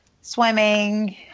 Swimming